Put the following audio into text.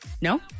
No